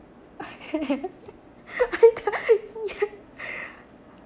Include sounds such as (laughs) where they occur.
(laughs)